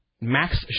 Max